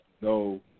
no